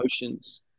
emotions